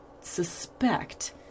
suspect